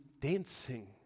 dancing